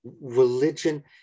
religion